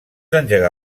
engegar